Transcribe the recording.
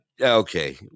Okay